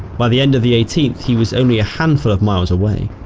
by the end of the eighteenth he was only a handful of miles away.